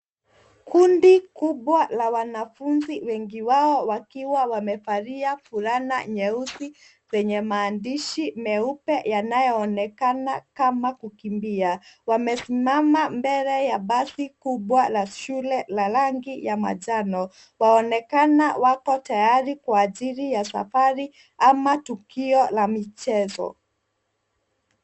Kundi kubwa la wanafunzi wengi wao wakiwa wamevalia fulana nyeusi zenye maandishi meupe yanayoonekana kama kukimbia. Wamesimama mbele ya basi kubwa la shule la rangi ya manjano. Waonekana wako tayari kwa ajili ya safari ama tukio la michezo.